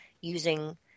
using